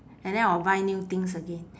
and then I'll buy new things again